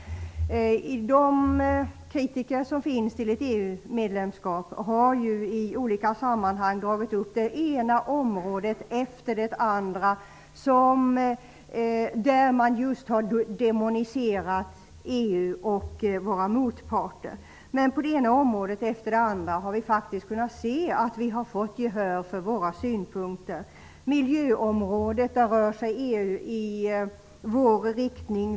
Kritikerna till ett EU-medlemskap har i olika sammanhang dragit upp det ena området efter det andra, där man just har demoniserat EU och våra motparter. Men på det ena området efter det andra har vi faktiskt kunnat se att vi har fått gehör för våra synpunkter. Frågor på miljöområdet rör sig i vår riktning.